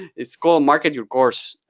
it's called market your course,